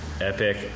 epic